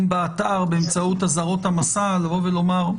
אם באתר באמצעות אזהרות המסע, לבוא ולומר: